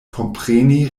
kompreni